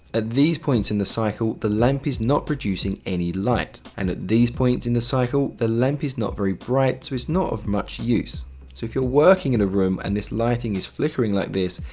at these points in the cycle, the lamp is not producing any light. and at these points in the cycle, the lamp is not very bright, so it's not of much use. so if you're working in a room and this lighting is flickering like this,